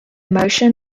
motion